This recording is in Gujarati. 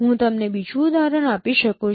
હું તમને બીજું ઉદાહરણ આપી શકું છું